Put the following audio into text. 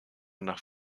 nach